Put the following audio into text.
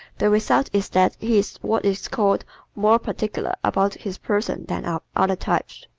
the result is that he is what is called more particular about his person than are other types.